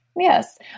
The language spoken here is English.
Yes